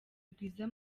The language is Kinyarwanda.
rwiza